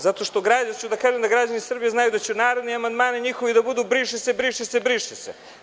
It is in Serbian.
Zato što hoću da kažem da građani Srbije znaju da će naredni amandmani njihovi da budu – briše se, briše se, briše se.